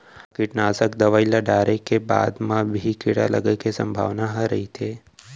का कीटनाशक दवई ल डाले के बाद म भी कीड़ा लगे के संभावना ह रइथे?